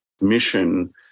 mission